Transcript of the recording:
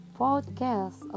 podcast